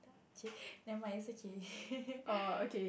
chey never mind is okay